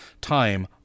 time